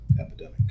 epidemic